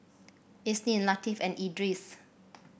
Isnin Latif and Idris